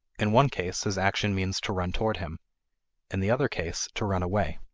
in one case, his action means to run toward him in the other case, to run away.